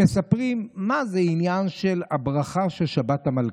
הם מספרים מה זה העניין של הברכה של שבת המלכה.